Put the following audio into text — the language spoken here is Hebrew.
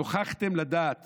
נוכחתם לדעת